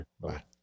bye